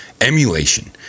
emulation